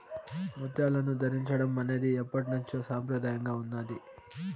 ముత్యాలను ధరించడం అనేది ఎప్పట్నుంచో సంప్రదాయంగా ఉన్నాది